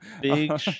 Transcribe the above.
Big